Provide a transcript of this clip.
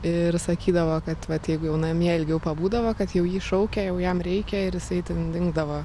ir sakydavo kad vat jeigu jau namie ilgiau pabūdavo kad jau jį šaukia jau jam reikia ir jisai ten dingdavo